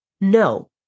No